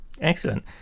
Excellent